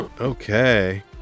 Okay